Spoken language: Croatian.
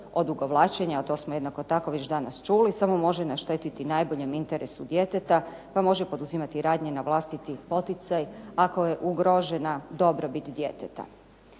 odugovlačenja, a to smo jednako tako već danas čuli samo može našteti najboljem interesu djeteta pa može poduzimati radnje na vlastiti poticaj ako je ugrožena dobrobit djeteta.